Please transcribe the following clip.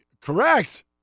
Correct